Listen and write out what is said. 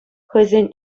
хӑйсен